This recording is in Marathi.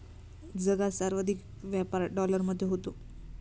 जगात सर्वाधिक व्यापार डॉलरमध्ये होतो